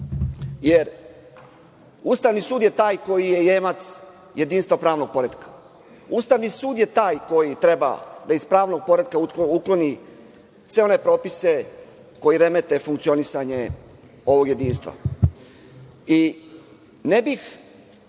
jer Ustavni sud je taj koji je jemac jedinstva pravnog poretka. Ustavni sud je taj koji treba da iz pravnog poretka ukloni sve one propise koji remete funkcionisanje ovog jedinstva. Bez